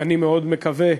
אני מאוד מקווה,